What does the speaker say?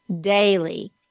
daily